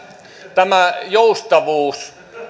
tämä joustavuus